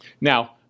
Now